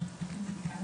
מנהלת הוועדה.